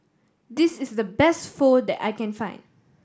this is the best Pho that I can find